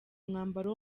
umwambaro